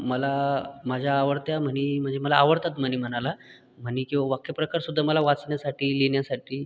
मला माझ्या आवडत्या म्हणी म्हणजे मला आवडतात म्हणी म्हणायला म्हणी किंवा वाक्यप्रकार सुद्धा वाचण्यासाठी लिहिण्यासाठी